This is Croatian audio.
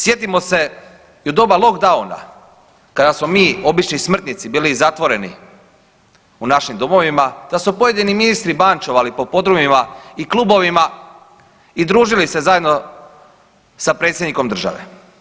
Sjetimo se i u doba lockdowna kada smo mi obični smrtnici bili zatvoreni u našim domovima, da su pojedini ministri bančovali po podrumima i klubovima i družili se zajedno sa predsjednikom države.